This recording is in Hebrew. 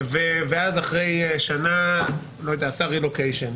ואז אחרי שנה עשה רילוקיישן.